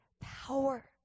power